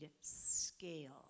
scale